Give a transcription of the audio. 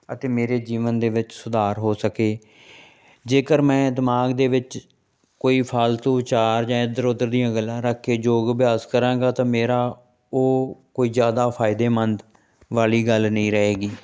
ਅਤੇ ਮੇਰੇ ਜੀਵਨ ਦੇ ਵਿੱਚ ਸੁਧਾਰ ਹੋ ਸਕੇ ਜੇਕਰ ਮੈਂ ਦਿਮਾਗ ਦੇ ਵਿੱਚ ਕੋਈ ਫਾਲਤੂ ਵਿਚਾਰ ਜਾਂ ਇਧਰ ਉਧਰ ਦੀਆਂ ਗੱਲਾਂ ਰੱਖ ਕੇ ਯੋਗ ਅਭਿਆਸ ਕਰਾਂਗਾ ਤਾਂ ਮੇਰਾ ਉਹ ਕੋਈ ਜ਼ਿਆਦਾ ਫ਼ਾਇਦੇਮੰਦ ਵਾਲੀ ਗੱਲ ਨਹੀਂ ਰਹੇਗੀ